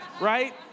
right